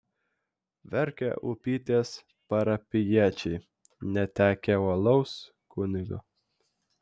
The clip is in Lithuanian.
verkia upytės parapijiečiai netekę uolaus kunigo